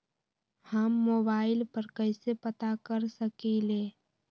हम मोबाइल पर कईसे पता कर सकींले?